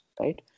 right